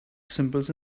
symbols